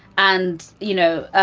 and, you know,